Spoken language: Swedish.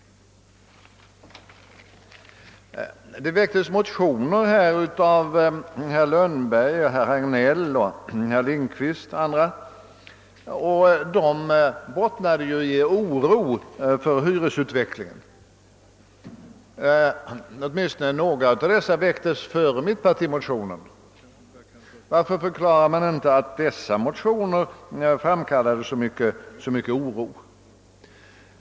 Det väcktes motioner av herr Lundberg, herr Hagnell, herr Lindkvist och andra och de bottnade i oro för hyresutvecklingen. Åtminstone några av dessa motioner väcktes före mittenpartimotionen. Varför förklarade man inte att dessa motioner framkallade mycken oro?